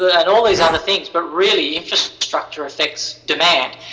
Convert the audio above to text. and all these other things. but really, infrastructure affects demand.